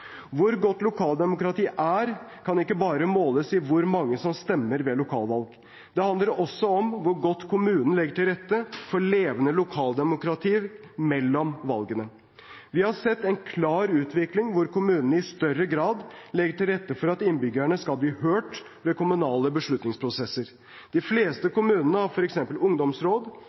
Hvor godt lokaldemokratiet er, kan ikke bare måles i hvor mange som stemmer ved lokalvalget. Det handler også om hvor godt kommunene legger til rette for levende lokaldemokrati mellom valgene. Vi har sett en klar utvikling hvor kommunene i større grad legger til rette for at innbyggerne skal bli hørt ved kommunale beslutningsprosesser. De fleste